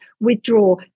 withdraw